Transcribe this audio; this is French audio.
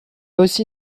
aussi